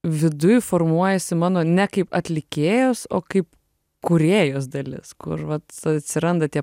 viduj formuojasi mano ne kaip atlikėjos o kaip kūrėjos dalis kur vat atsiranda tie